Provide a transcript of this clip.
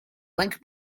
link